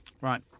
Right